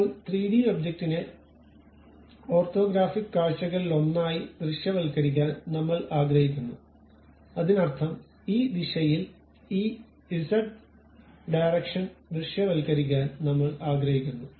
ഇപ്പോൾ 3 ഡി ഒബ്ജക്റ്റിനെ ഓർത്തോഗ്രാഫിക് കാഴ്ചകളിലൊന്നായി ദൃശ്യവൽക്കരിക്കാൻ നമ്മൾ ആഗ്രഹിക്കുന്നു അതിനർത്ഥം ഈ ദിശയിൽ ഈ Z ഡിറക്ഷൻ ദൃശ്യവൽക്കരിക്കാൻ നമ്മൾ ആഗ്രഹിക്കുന്നു